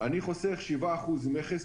אני חוסך 7% מכס,